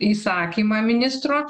įsakymą ministro